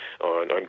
on